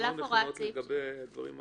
הן לא נכונות לגבי דברים אחרים?